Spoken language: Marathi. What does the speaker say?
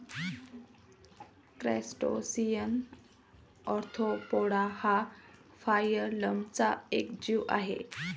क्रस्टेसियन ऑर्थोपोडा हा फायलमचा एक जीव आहे